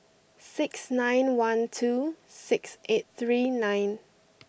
six nine one two six eight three nine